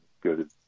good